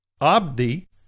Abdi